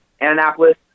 Annapolis